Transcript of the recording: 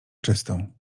czystą